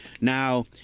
Now